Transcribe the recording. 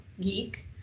geek